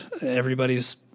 everybody's